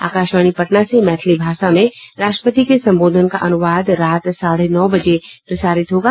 आकाशवाणी पटना से मैथिली भाषा में राष्ट्रपति के संबोधन का अनुवाद रात साढ़े नौ बजे प्रसारित होगा